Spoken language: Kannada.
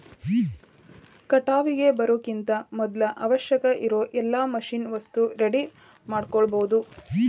ಕಟಾವಿಗೆ ಬರುಕಿಂತ ಮದ್ಲ ಅವಶ್ಯಕ ಇರು ಎಲ್ಲಾ ಮಿಷನ್ ವಸ್ತು ರೆಡಿ ಮಾಡ್ಕೊಳುದ